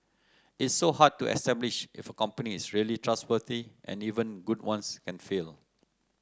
it's so hard to establish if a company is really trustworthy and even good ones can fail